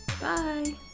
Bye